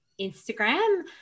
Instagram